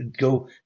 go